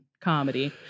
comedy